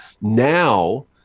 Now